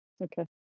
Okay